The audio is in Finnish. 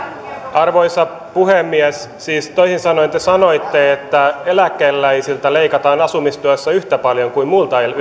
arvoisa puhemies siis toisin sanoen te sanoitte että eläkeläisiltä leikataan asumistuesta yhtä paljon kuin muilta